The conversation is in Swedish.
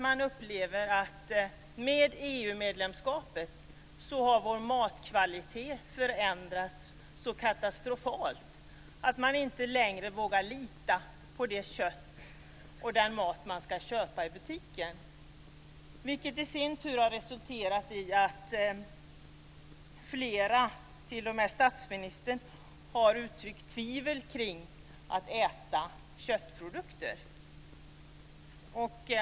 Man upplever att vår matkvalitet har förändrats katastrofalt med vårt EU-medlemskap. Man vågar inte längre lita på det kött och den mat man ska köpa i butiken. Det har i sin tur resulterat i att flera - och t.o.m. statsministern - har uttryckt tvivel kring att äta köttprodukter.